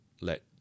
let